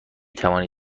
توانی